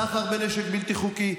סחר בנשק בלתי חוקי,